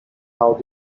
how